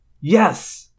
Yes